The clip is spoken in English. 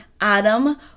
Adam